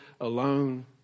alone